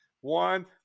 One